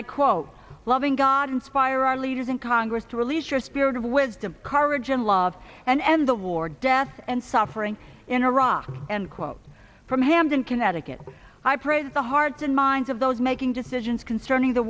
i quote loving god inspire our leaders in congress to release your spirit of wisdom courage and love and end the war death and suffering in iraq and quote from hamden connecticut i praised the hearts and minds of those making decisions concerning the